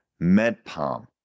MedPalm